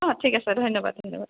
অ ঠিক আছে ধন্যবাদ ধন্যবাদ